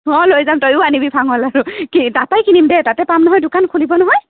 অঁ লৈ যাম তয়ো আনিবি ভাঙৰ লাড়ু কি তাৰপৰাই কিনিম দে তাতে পাম নহয় দোকান খুলিব নহয়